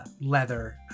leather